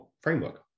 framework